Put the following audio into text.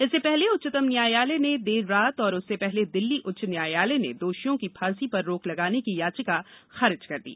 इससे पहले उच्चतम न्यायालय ने देर रात और उससे पहर्ले दिल्ली उच्च न्यायालय ने दोषियों की फांसी पर रोक लगाने की याचिका खारिज कर दी